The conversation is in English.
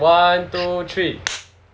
one two three